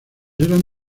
eran